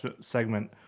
segment